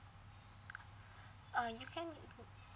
uh you can